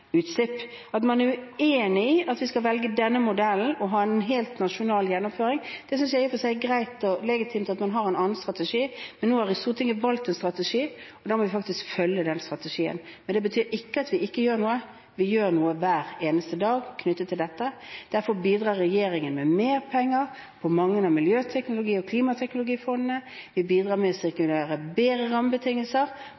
At man er uenig i at vi skal velge denne modellen og vil ha en helt nasjonal gjennomføring, synes jeg i og for seg er greit – det er legitimt at man har en annen strategi. Men nå har Stortinget valgt en strategi, og da må vi faktisk følge den strategien. Men det betyr ikke at vi ikke gjør noe. Vi gjør noe hver eneste dag knyttet til dette. Derfor bidrar regjeringen med mer penger til mange av miljøteknologi- og klimateknologifondene, vi bidrar med å